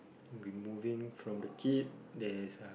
we moving from the kid there's uh